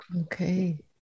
Okay